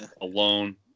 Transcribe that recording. alone